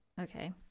Okay